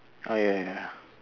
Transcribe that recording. ah ya ya ya